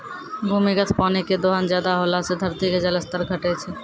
भूमिगत पानी के दोहन ज्यादा होला से धरती के जल स्तर घटै छै